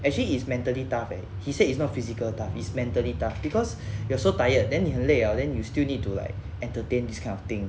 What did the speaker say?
actually is mentally tough ah he said it's not physical tough is mentally tough because you're so tired then 你很累 liao then you still need to like entertain this kind of thing